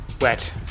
wet